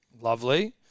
Lovely